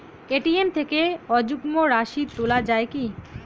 ATM থেকে অযুগ্ম রাশি তোলা য়ায় কি?